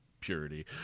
purity